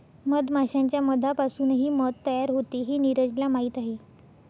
मधमाश्यांच्या मधापासूनही मध तयार होते हे नीरजला माहीत आहे